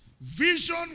Vision